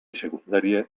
secundaria